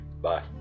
Bye